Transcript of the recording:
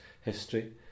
history